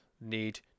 need